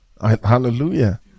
Hallelujah